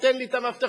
תן לי את המפתחות,